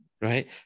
right